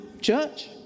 church